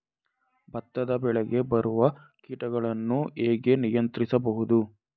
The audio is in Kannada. ಭತ್ತದ ಬೆಳೆಗೆ ಬರುವ ಕೀಟಗಳನ್ನು ಹೇಗೆ ನಿಯಂತ್ರಿಸಬಹುದು?